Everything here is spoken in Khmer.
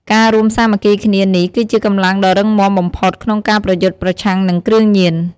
ការរួមសាមគ្គីគ្នានេះគឺជាកម្លាំងដ៏រឹងមាំបំផុត ក្នុងការប្រយុទ្ធប្រឆាំងនិងគ្រឿងញៀន។